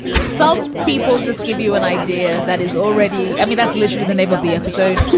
some people just give you an idea that is already mean. that's literally the name of the episode.